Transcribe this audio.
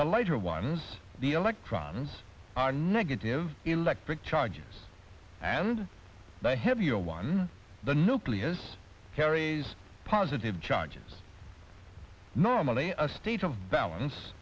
the lighter ones the electrons are negative electric charges and the heavier one the nucleus carries positive charge is normally a state of balance